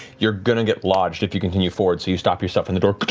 you're going to get lodged if you continue forward. you stop yourself in the door,